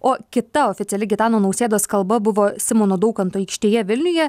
o kita oficiali gitano nausėdos kalba buvo simono daukanto aikštėje vilniuje